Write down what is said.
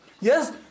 Yes